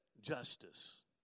justice